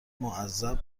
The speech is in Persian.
معذب